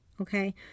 Okay